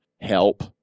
help